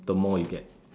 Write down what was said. the more you get